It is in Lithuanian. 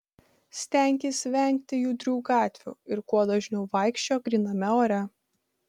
stenkis vengti judrių gatvių ir kuo dažniau vaikščiok gryname ore